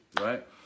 right